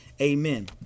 Amen